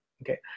Okay